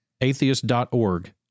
Atheist.org